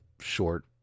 short